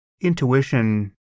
intuition